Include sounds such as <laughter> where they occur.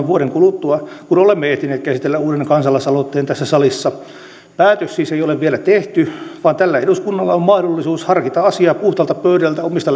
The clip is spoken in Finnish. <unintelligible> vuoden kuluttua kun olemme ehtineet käsitellä uuden kansalaisaloitteen tässä salissa päätös siis ei ole vielä tehty vaan tällä eduskunnalla on mahdollisuus harkita asiaa puhtaalta pöydältä omista <unintelligible>